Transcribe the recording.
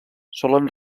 solen